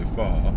far